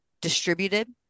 distributed